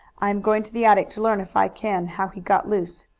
i am going to the attic to learn if i can how he got loose.